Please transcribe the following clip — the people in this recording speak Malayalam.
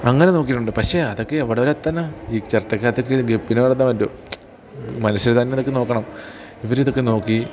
അങ്ങനെ നോക്കിയിട്ടുണ്ട് പക്ഷേ അതൊക്കെയവിടം വരെ എത്താനാണ് ഈ ചിരട്ടക്കകത്തൊക്കെ ഗപ്പീനെ വളർത്താൻ പറ്റുമോ മനുഷ്യർ തന്നെയിതൊക്കെ നോക്കണം ഇവർ ഇതൊക്കെ നോക്കി